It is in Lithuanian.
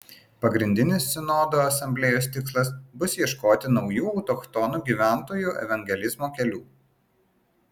pagrindinis sinodo asamblėjos tikslas bus ieškoti naujų autochtonų gyventojų evangelizavimo kelių